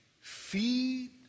Feed